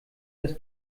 das